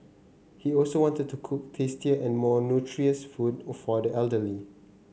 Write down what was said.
he also wanted to cook tastier and more nutritious food for the elderly